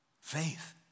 Faith